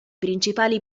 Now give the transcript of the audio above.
principali